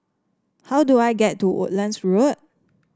how do I get to Woodlands Road